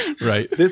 Right